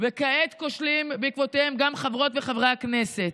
וכעת כושלים בעקבותיהם גם חברות וחברי הכנסת.